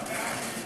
אשכנע